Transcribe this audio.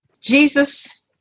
Jesus